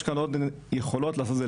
יש עוד יכולות לעשות את זה,